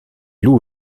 loups